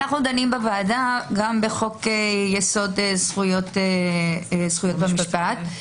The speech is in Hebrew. אנו דנים בוועדה גם בחוק יסוד: זכויות במשפט.